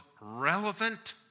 relevant